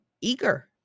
eager